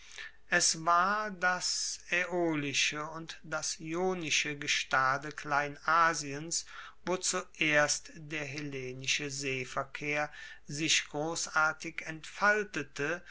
es war das aeolische und ionische gestade kleinasiens wo zuerst der hellenische seeverkehr sich grossartig entfaltete